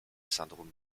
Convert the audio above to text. syndrome